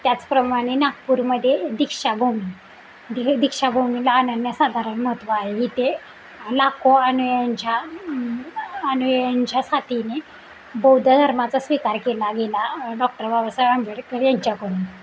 त्याचप्रमाणे नागपूरमध्ये दीक्षा भूमी दी हे दीक्षाभूमीला अनन्य साधारण महत्त्व आहे इथे लाखो अनुयायांच्या अनुयायांच्या साथीने बौद्ध धर्माचा स्वीकार केला गेला डॉक्टर बाबासाहेब आंबेडकर यांच्याकडून